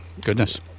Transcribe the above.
Goodness